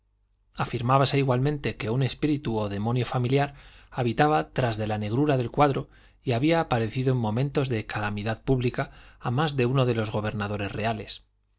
tribunal afirmábase igualmente que un espíritu o demonio familiar habitaba tras de la negrura del cuadro y había aparecido en momentos de calamidad pública a más de uno de los gobernadores reales